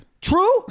True